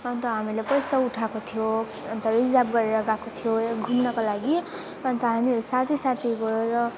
अन्त हामी पैसा उठाएको थियौँ अन्त रिजर्व गरेर गएको थियौँ यो घुम्नको लागि अन्त हामीहरू साथी साथी भएर